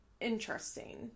Interesting